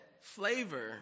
flavor